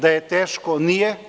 Da je teško, nije.